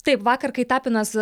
taip vakar kai tapinas